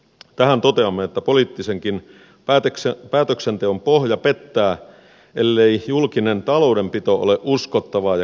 tähän toteamme että poliittisenkin päätöksenteon pohja pettää ellei julkinen taloudenpito ole uskottavaa ja kestävää